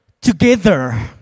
together